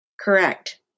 Correct